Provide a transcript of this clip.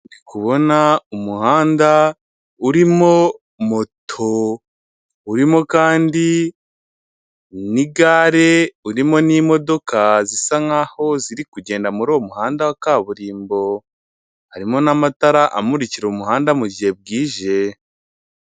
Ndi kubona umuhanda urimo moto, urimo kandi nigare, urimo n'imodoka zisa nkaho ziri kugenda muri uwo muhanda wa kaburimbo ,harimo n'amatara amurikira umuhanda mugihe bwijiye.